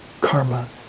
karma